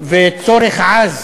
וצורך עז